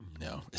No